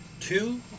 two